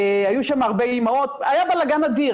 היו שם הרבה אימהות, היה בלגן אדיר.